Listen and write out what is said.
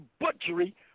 butchery